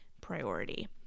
priority